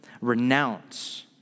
Renounce